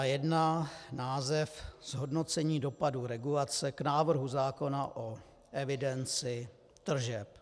1.1 název Zhodnocení dopadů regulace k návrhu zákona o evidenci tržeb.